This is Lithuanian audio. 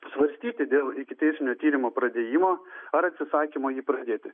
svarstyti dėl ikiteisminio tyrimo pradėjimo ar atsisakymo jį pradėti